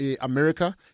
America